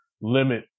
limit